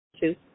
two